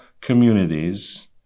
communities